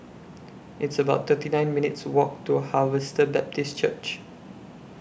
It's about thirty nine minutes' Walk to Harvester Baptist Church